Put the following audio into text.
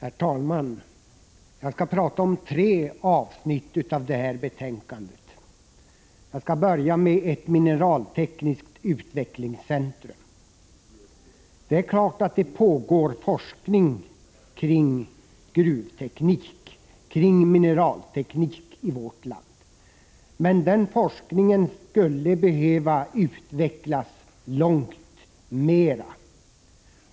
Herr talman! Jag skall prata om tre avsnitt i det här betänkandet, och jag skall börja med frågan om ett mineraltekniskt utvecklingscentrum. Det är klart att det pågår forskning kring gruvteknik och mineralteknik i vårt land, men den forskningen skulle behöva utvecklas långt mera.